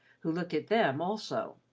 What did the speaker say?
who looked at them also.